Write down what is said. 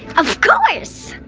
of course!